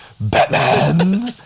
Batman